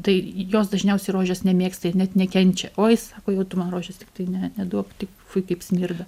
tai jos dažniausiai rožės nemėgsta ir net nekenčia oi sako jau tu man rožės tiktai ne neduok tik fui kaip smirda